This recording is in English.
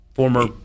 Former